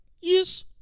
yes